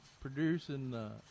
producing